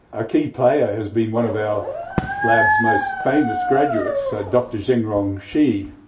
a key player has been one of our lab's most famous graduates, dr zhengrong shi,